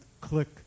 click